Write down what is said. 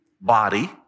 body